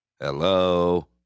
Hello